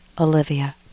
Olivia